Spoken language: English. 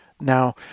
Now